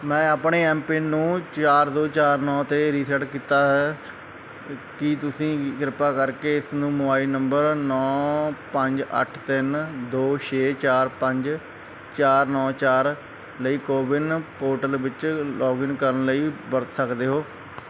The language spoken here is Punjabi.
ਮੈਂ ਆਪਣੇ ਐਮਪਿੰਨ ਨੂੰ ਚਾਰ ਦੋ ਚਾਰ ਨੌਂ 'ਤੇ ਰੀਸੈਟ ਕਰ ਦਿੱਤਾ ਹੈ ਕੀ ਤੁਸੀਂ ਕਿਰਪਾ ਕਰਕੇ ਇਸ ਨੂੰ ਮੋਬਾਈਲ ਨੰਬਰ ਨੌਂ ਪੰਜ ਅੱਠ ਤਿੰਨ ਦੋ ਛੇ ਚਾਰ ਪੰਜ ਚਾਰ ਨੌਂ ਚਾਰ ਲਈ ਕੋਵਿਨ ਪੋਰਟਲ ਵਿੱਚ ਲੌਗਇਨ ਕਰਨ ਲਈ ਵਰਤ ਸਕਦੇ ਹੋ